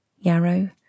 Yarrow